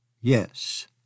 Yes